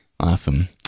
Awesome